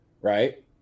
right